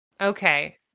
Okay